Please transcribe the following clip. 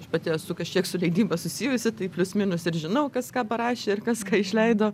aš pati esu kažkiek su leidyba susijusi taip plius minus ir žinau kas ką parašė ir kas ką išleido